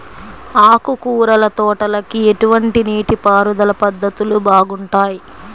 ఆకుకూరల తోటలకి ఎటువంటి నీటిపారుదల పద్ధతులు బాగుంటాయ్?